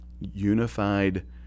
unified